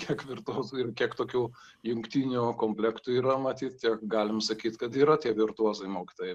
kiek virtuozų ir kiek tokių jungtinių komplektų yra matyt tiek galim sakyt kad yra tie virtuozai mokytojai